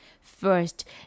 first